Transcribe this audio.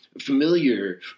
familiar